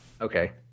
Okay